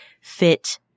fit